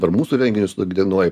per mūsų renginius nugdienoj